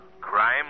crime